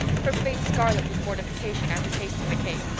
her face scarlet with mortification after tasting the cake.